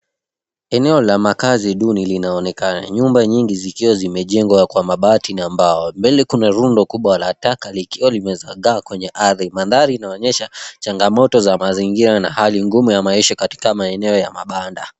Eneo la makazi duni linaonekana, nyumba nyingi zikiwa zimejengwa kwa mabati, na mbao. Mbele kuna rundo kubwa la taka likiwa limezagaa kwenye ardhi. Mandhari inaonyesha changamoto za mazingira na hali ngumu ya maisha katika maeneo ya mabanda.